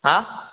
हा